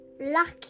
Lucky